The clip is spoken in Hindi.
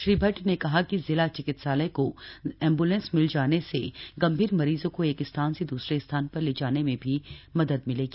श्री भट्ट ने कहा कि जिला चिकित्सालय को एम्बुलेंस मिल जाने से गंभीर मरीजों को एक स्थान से दूसरे स्थान पर ले जाने में भी मदद मिलेगी